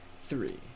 three